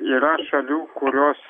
yra šalių kurios